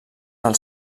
del